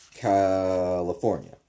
California